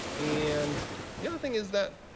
and the other thing is that